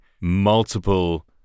multiple